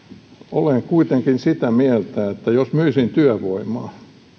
olen kuitenkin sitä mieltä että jos myisin työvoimaa